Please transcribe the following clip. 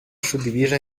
suddivisa